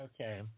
Okay